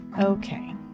Okay